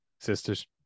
Sisters